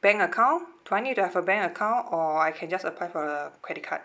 bank account do I need to have a bank account or I can just apply for a credit card